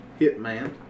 Hitman